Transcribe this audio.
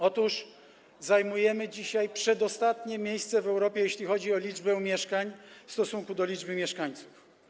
Otóż zajmujemy dzisiaj przedostatnie miejsce w Europie, jeśli chodzi o liczbę mieszkań w stosunku do liczby mieszkańców.